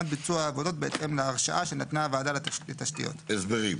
על השלמת ביצוע העבודות בהתאם להרשאה שנתנה הוועדה לתשתיות,"; הסברים.